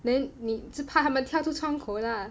then 你只怕他们跳出窗口 lah